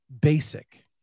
basic